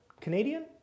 Canadian